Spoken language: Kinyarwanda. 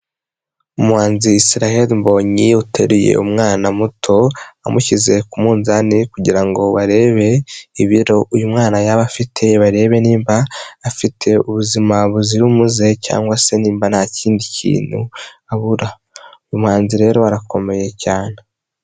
Umuhanzi israel mbonyi uteruye umwana muto, amushyize ku munzani kugira ngo barebe ibiro uyu mwana yaba afite barebe nimba afite ubuzima buzira umuze cyangwa se nimba nta kindi kintu abura, uyu muhanzi rero arakomeye cyane.